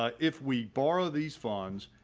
ah if we borrow these funds,